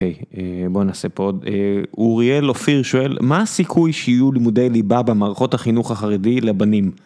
בוא נעשה פה עוד, אוריאל אופיר שואל מה הסיכוי שיהיו לימודי ליבה במערכות החינוך החרדי לבנים?